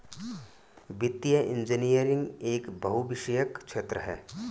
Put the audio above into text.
वित्तीय इंजीनियरिंग एक बहुविषयक क्षेत्र है